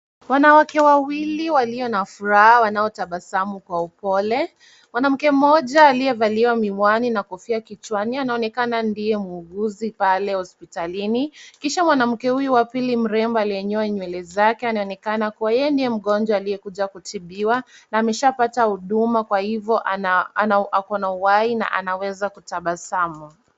Wanawake walio na furaha wanotabasamu kwa upole. Mwanamke mmoja aliyevaliwa miwani na kofia kichwani anaonekana ndio muuguzi pale hospitalini. Kisha mwanamke huyu wa pili mrembo aliyenyoa nywele zake anaonekana kuwa yeye ndiye mgonjwa aliyekuja kutibiwa na ameshapata huduma kwa hivyo ako na uhai na anaweza kutabasamu.